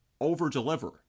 over-deliver